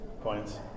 points